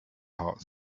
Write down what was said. heart